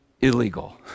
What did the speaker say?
illegal